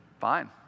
fine